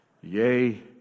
Yea